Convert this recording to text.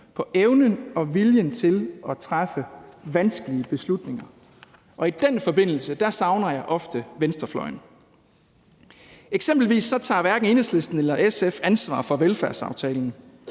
på evnen og viljen til at træffe vanskelige beslutninger, og i den forbindelse savner jeg ofte venstrefløjen. Eksempelvis tager hverken Enhedslisten eller SF ansvar for velfærdsaftalen.